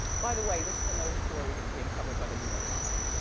by the way, this is another story that's being covered by the new york times.